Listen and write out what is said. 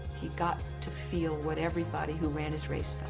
he got to feel what everybody who ran his race